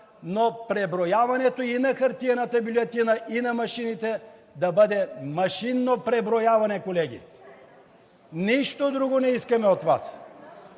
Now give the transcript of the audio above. но преброяването и на хартиената бюлетина, и на машините да бъде машинно преброяване, колеги! Нищо друго не искаме от Вас.